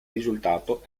risultato